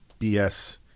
BS